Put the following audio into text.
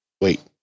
Wait